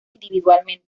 individualmente